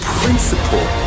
principle